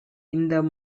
இந்த